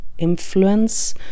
influence